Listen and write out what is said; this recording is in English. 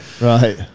right